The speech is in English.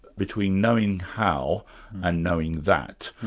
between knowing how and knowing that.